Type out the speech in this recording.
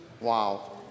Wow